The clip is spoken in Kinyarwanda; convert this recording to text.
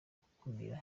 gukumira